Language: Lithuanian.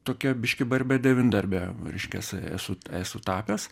tokia biškį barbė devyndarbė reiškias esu esu tapęs